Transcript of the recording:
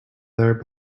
there